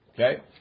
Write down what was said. Okay